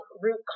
root